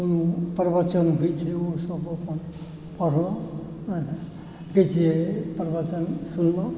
कोनो प्रवचन होइ छै ओसभ अपन पढलहुँ की कहै छियै प्रवचन सुनलहुँ